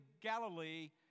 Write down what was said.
Galilee